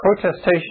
protestation